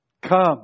come